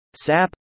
Sap